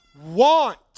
want